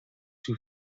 two